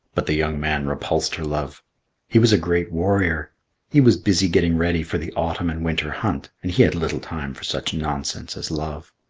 but the young man repulsed her love he was a great warrior he was busy getting ready for the autumn and winter hunt and he had little time for such nonsense as love.